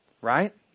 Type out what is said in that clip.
right